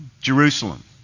Jerusalem